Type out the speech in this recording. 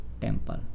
temple